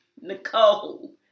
Nicole